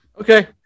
Okay